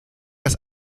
das